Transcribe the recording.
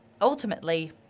ultimately